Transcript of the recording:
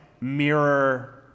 mirror